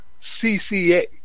CCA